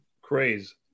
Craze